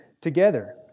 together